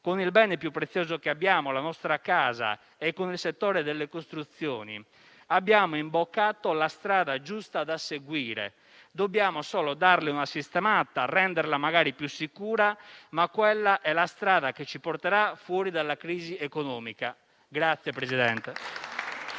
con il bene più prezioso che abbiamo, la nostra casa, e con il settore delle costruzioni, abbiamo imboccato la strada giusta da seguire, dobbiamo solo darle una sistemata, renderla magari più sicura, ma quella è la strada che ci porterà fuori dalla crisi economica.